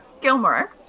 Gilmore